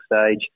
stage